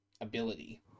ability